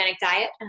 diet